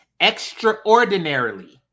extraordinarily